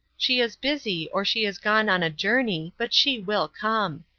she is busy, or she is gone on a journey, but she will come.